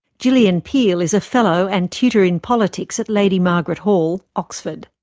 gillian peele is a fellow and tutor in politics at lady margaret hall, oxford.